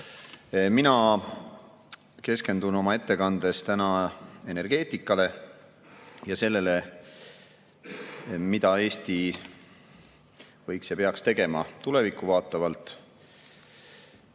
Mina keskendun oma ettekandes energeetikale ja sellele, mida Eesti võiks [teha] ja peaks tegema tulevikku vaatavalt.